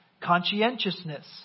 Conscientiousness